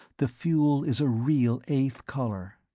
the fuel is a real eighth color.